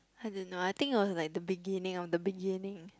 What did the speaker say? I didn't know I think it was like the beginning of the beginning